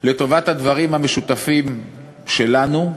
לטובת הדברים המשותפים שלנו,